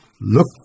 look